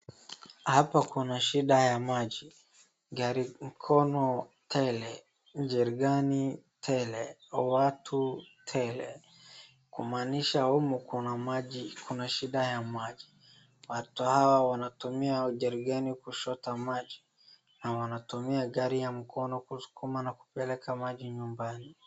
Hapa kuna shida ya maji, gari mkono tele, jerikani tele, watu tele, kumaanisha humu kuna shida ya maji. Watu hawa wanatumia jerikani kuchota maji, na wanatumia gari ya mkono kusukuma na kupeleka na kupeleka maji nyumbani.